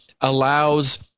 allows